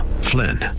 Flynn